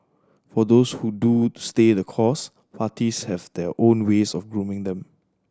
for those who do stay the course parties have their own ways of grooming them